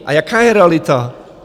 A jaká je realita?